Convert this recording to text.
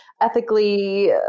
ethically